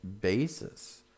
basis